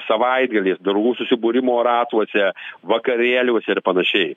savaitgaliais draugų susibūrimo ratuose vakarėliuose ir panašiai